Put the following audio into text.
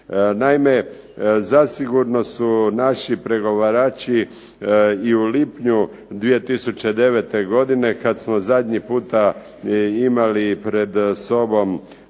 Naime, zasigurno su naši pregovarači i u lipnju 2009. godine, kad smo zadnji puta imali pred sobom